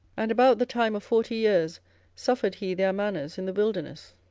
and about the time of forty years suffered he their manners in the wilderness.